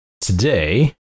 Today